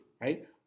right